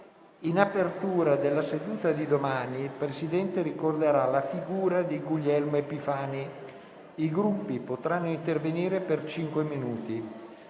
In apertura della seduta di domani, il Presidente ricorderà la figura di Guglielmo Epifani. I Gruppi potranno intervenire per cinque minuti.